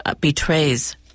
betrays